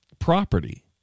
property